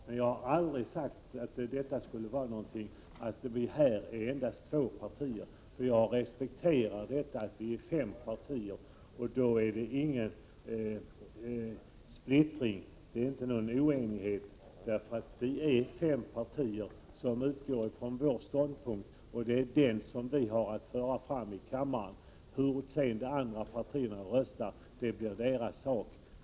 Men jag har aldrig sagt att här skulle finnas endast två partier. Jag respekterar att det finns fem partier. Det föreligger alltså inte någon splittring eller oenighet, eftersom vi är fem partier. Varje parti utgår från sin ståndpunkt, och det är den ståndpunkten vi har att föra fram i kammaren. Hur de andra partierna sedan röstar blir deras sak.